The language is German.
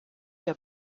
der